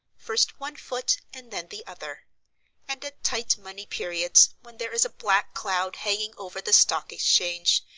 first one foot and then the other and at tight money periods, when there is a black cloud hanging over the stock exchange,